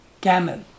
camel